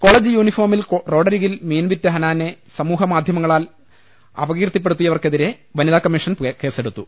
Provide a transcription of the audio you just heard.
college യൂണിഫോമിൽ റോഡരികിൽ മീൻ വിറ്റ ഹനാനെ സമൂഹ മാധ്യമങ്ങളിൽ അപകീർത്തിപ്പെടുത്തിയവർക്കെതിരെ വനിതാ കമ്മീഷൻ കേസെടുത്തു